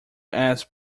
ask